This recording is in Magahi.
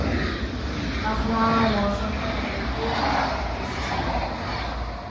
अखनार मौसमत तरबूज बहुत वोस छेक